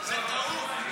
תקבלי.